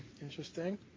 Interesting